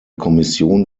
kommission